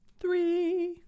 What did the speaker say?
three